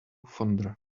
fonder